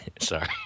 sorry